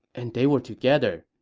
and they were together,